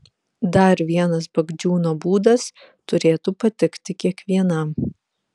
dar vienas bagdžiūno būdas turėtų patikti kiekvienam